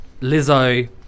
lizzo